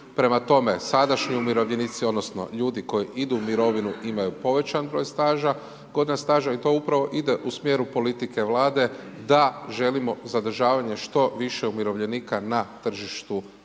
Prema tome, sadašnji umirovljenici odnosno ljudi koji idu u mirovinu imaju povećan broj staža, godine staža i to upravo ide u smjeru politike Vlade da želimo zadržavanje što više umirovljenika na tržištu